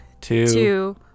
Two